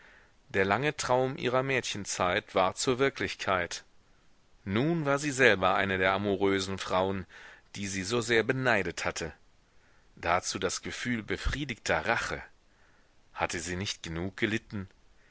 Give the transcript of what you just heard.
der lange traum ihrer mädchenzeit ward zur wirklichkeit nun war sie selber eine der amoureusen frauen die sie so sehr beneidet hatte dazu das gefühl befriedigter rache hatte sie nicht genug gelitten